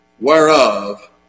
Whereof